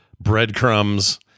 breadcrumbs